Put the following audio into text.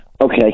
okay